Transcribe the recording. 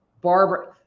Barbara